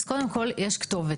אז קודם כל יש כתובת.